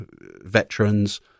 veterans